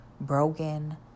broken